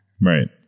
Right